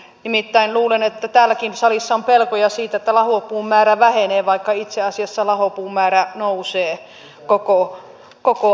nimittäin luulen että täälläkin salissa on pelkoja siitä että lahopuu vähenee vaikka itse asiassa lahopuun määrä nousee koko ajan